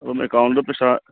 ꯑꯗꯨꯝ ꯑꯦꯀꯥꯎꯟꯗ ꯄꯩꯁꯥ